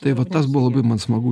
tai vat tas buvo labai man smagu